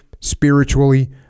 spiritually